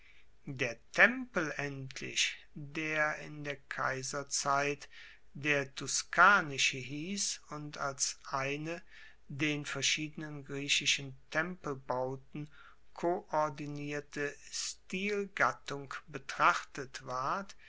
der tempel endlich der in der kaiserzeit der tuscanische hiess und als eine den verschiedenen griechischen tempelbauten koordinierte stilgattung betrachtet ward